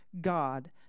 God